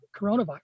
coronavirus